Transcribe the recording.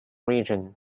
region